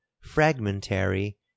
fragmentary